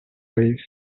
please